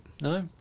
no